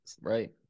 Right